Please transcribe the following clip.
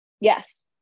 Yes